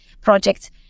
projects